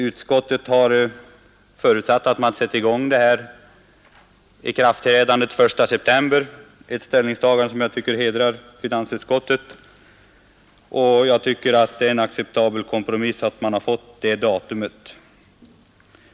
Utskottet har förutsatt ett ikraftträdande den 1 september, ett ställningstagande som jag tycker hedrar finansutskottet. Detta datum är enligt min mening en acceptabel kompromiss.